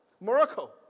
Morocco